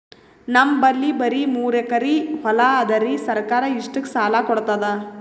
ನಮ್ ಬಲ್ಲಿ ಬರಿ ಮೂರೆಕರಿ ಹೊಲಾ ಅದರಿ, ಸರ್ಕಾರ ಇಷ್ಟಕ್ಕ ಸಾಲಾ ಕೊಡತದಾ?